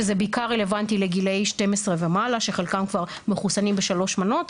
שזה בעיקר רלוונטי לגילאי 12 ומעלה שחלקתם כבר מחוסנים בשלוש מנות,